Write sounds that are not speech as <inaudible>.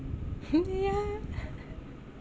<laughs> yah